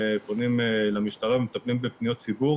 מכיוון שזה לא אחת ממטרות החוק על פי משרד הבריאות,